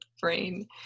Brain